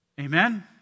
Amen